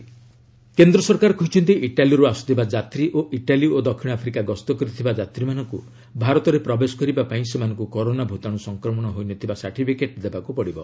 ଗଭ୍ travel advisory କେନ୍ଦ୍ର ସରକାର କହିଛନ୍ତି ଇଟାଲୀରୁ ଆସୁଥିବା ଯାତ୍ରୀ ଓ ଇଟାଲୀ ଓ ଦକ୍ଷିଣ ଆଫ୍ରିକା ଗସ୍ତ କରିଥିବା ଯାତ୍ରୀମାନଙ୍କୁ ଭାରତରେ ପ୍ରବେଶ କରିବା ପାଇଁ ସେମାନଙ୍କୁ କରୋନା ଭୂତାଣୁ ସଂକ୍ରମଣ ହୋଇନଥିବା ସାର୍ଟିଫିକେଟ୍ ଦେବାକୁ ପଡ଼ିବ